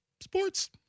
sports